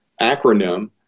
acronym